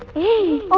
e,